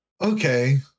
okay